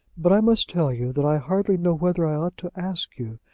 but i must tell you, that i hardly know whether i ought to ask you.